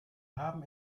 haben